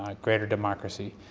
um greater democracy.